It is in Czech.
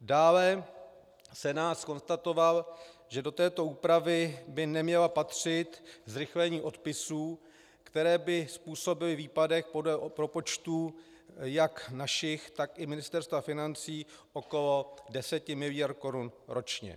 Dále Senát zkonstatoval, že do této úpravy by nemělo patřit zrychlení odpisů, které by způsobilo výpadek podle propočtů jak našich, tak Ministerstva financí, okolo 10 mld. korun ročně.